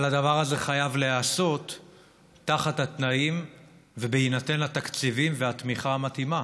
אבל הדבר הזה חייב להיעשות בתנאים ובהינתן התקציבים והתמיכה המתאימים.